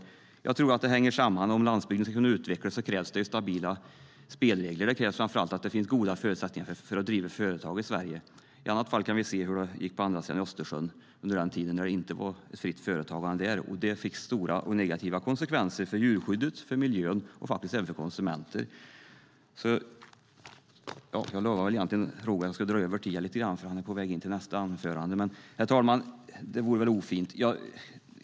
Om landsbygden ska kunna utvecklas tror jag att det krävs stabila spelregler. Det krävs framför allt att det finns goda förutsättningar för att driva företag i Sverige. I annat fall kan vi se på hur det gick på andra sidan Östersjön, på den tid när det inte var fritt företagande där. Det fick stora negativa konsekvenser för djurskyddet, miljön och faktiskt även för konsumenterna. Herr talman!